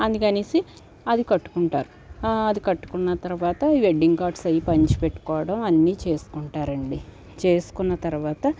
అందుకనేసి అది కట్టుకుంటారు అది కట్టుకున్న తర్వాత ఈ వెడ్డింగ్ కార్డ్స్ అవి పంచిపెట్టుకోవటం అన్నీ చేసుకుంటారండి చేసుకున్న తర్వాత